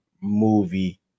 movie